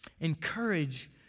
Encourage